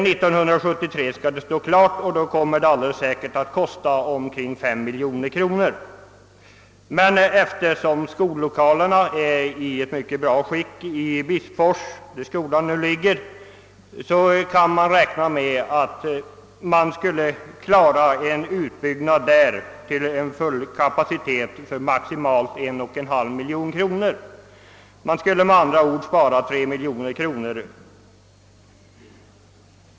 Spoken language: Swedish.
När institutet skall stå klart 1973 har det helt säkert kostat omkring 5 miljoner kronor. Skollokalerna i Bispfors, där institutet nu ligger, är i mycket bra skick, och man kan därför räkna med att en utbyggnad där till full kapacitet skulle kunna göras för maximalt 1,5 miljon kronor. Då skulle man med andra ord spara 3 miljoner kronor.